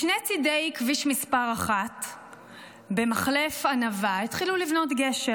משני צידי כביש מספר 1 במחלף ענבה התחילו לבנות גשר,